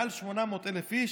מעל 800,000 איש,